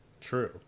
True